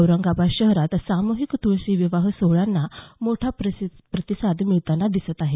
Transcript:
औरंगाबाद शहरातही साम्हिक तुळशीविवाह सोहळ्यांना मोठा प्रतिसाद मिळताना दिसत आहे